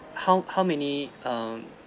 how how many um